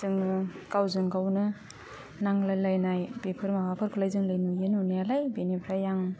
जोङो गावजों गावनो नांलायलायनाय बेफोर माबाफोरखौलाय जोंलाय नुयो नुनायालाय बिनिफ्राय आं